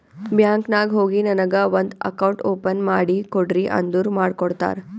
bank ನಾಗ್ ಹೋಗಿ ನನಗ ಒಂದ್ ಅಕೌಂಟ್ ಓಪನ್ ಮಾಡಿ ಕೊಡ್ರಿ ಅಂದುರ್ ಮಾಡ್ಕೊಡ್ತಾರ್